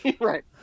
Right